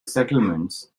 settlements